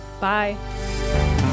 Bye